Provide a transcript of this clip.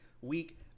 week